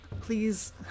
please